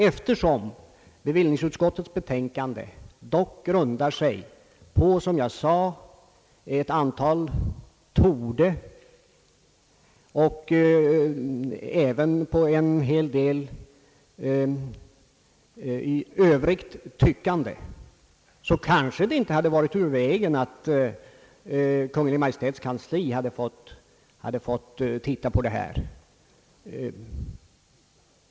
Eftersom bevillningsutskottets betänkande dock grundar sig på, som jag sade, ett antal »torde» och även på en hel del övrigt tyckande, kanske det inte hade varit ur vägen att Kungl. Maj:ts kansli hade fått se på denna fråga.